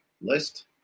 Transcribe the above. list